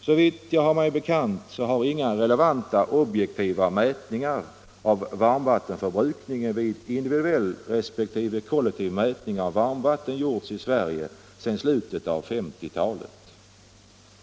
Såvitt jag har mig bekant har emellertid inga relevanta, objektiva mätningar av varmvattenförbrukningen vid individuell resp. kollektiv mätning av varmvattnet gjorts i Sverige sedan slutet av 1950-talet.